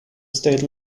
state